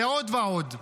ועוד ועוד.